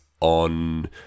on